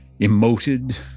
emoted